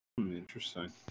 Interesting